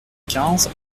quinze